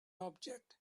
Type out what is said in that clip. object